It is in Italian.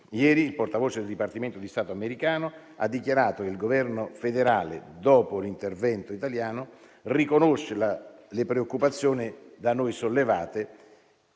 Ieri il portavoce del Dipartimento di Stato americano ha dichiarato che il Governo federale, dopo l'intervento italiano, riconosce le preoccupazioni sollevate